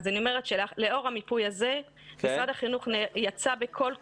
לאור המיפוי הזה, משרד חינוך יצא בקול קורא.